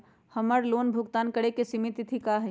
हमर लोन भुगतान करे के सिमित तिथि का हई?